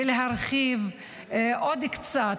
ולהרחיב עוד קצת